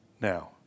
Now